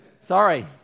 Sorry